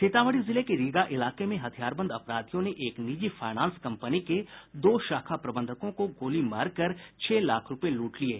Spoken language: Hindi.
सीतामढ़ी जिले के रीगा इलाके में हथियारबंद अपराधियों ने एक निजी फाइनांस कंपनी के दो शाखा प्रबंधकों को गोली मारकर छह लाख रुपये लूट लिये